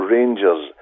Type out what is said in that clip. Rangers